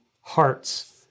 hearts